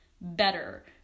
better